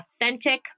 authentic